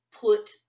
put